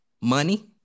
Money